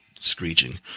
screeching